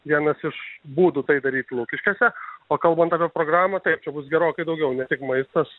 vienas iš būdų tai daryt lukiškėse o kalbant apie programą taip čia bus gerokai daugiau ne tik maistas